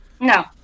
No